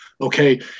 Okay